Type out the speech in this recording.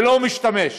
ולא משתמש,